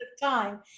time